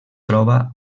troba